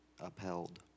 upheld